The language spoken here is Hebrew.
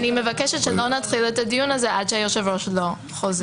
אני מבקשת שלא נתחיל את הדיון הזה עד שהיושב-ראש לא חוזר.